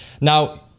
Now